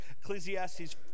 Ecclesiastes